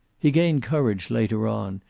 he gained courage, later on,